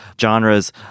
genres